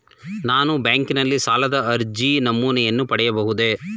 ನಾನು ಬ್ಯಾಂಕಿನಲ್ಲಿ ಸಾಲದ ಅರ್ಜಿ ನಮೂನೆಯನ್ನು ಪಡೆಯಬಹುದೇ?